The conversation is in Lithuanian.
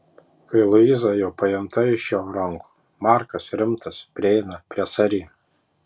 kai luiza jau paimta iš jo rankų markas rimtas prieina prie sari